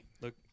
Look